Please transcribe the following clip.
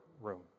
room